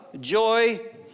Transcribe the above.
joy